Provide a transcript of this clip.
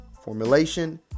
Formulation